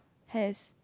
has